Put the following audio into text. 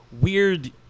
weird